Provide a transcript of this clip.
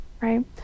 right